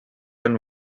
and